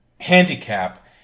handicap